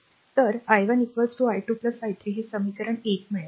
तर i1 i2 i3 हे समीकरण 1 मिळेल